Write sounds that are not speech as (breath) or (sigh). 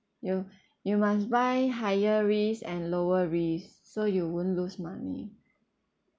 you (breath) you must buy higher risk and lower risk so you won't lose money